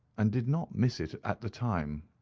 and did not miss it at the time.